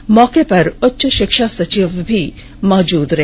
इस मौके पर उच्च षिक्षा सचिव भी मौजूद रहे